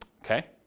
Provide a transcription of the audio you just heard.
Okay